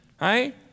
right